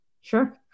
Sure